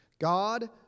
God